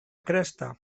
cresta